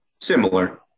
similar